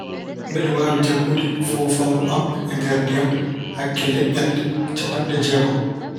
Mbeɗe waawi jaggude foofaangu am e nder ndiyam hakke leƴƴannde capanɗe jeegom.